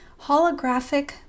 holographic